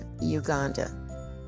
Uganda